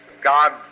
God